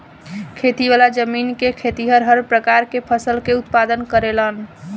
खेती वाला जमीन में खेतिहर हर प्रकार के फसल के उत्पादन करेलन